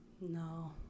No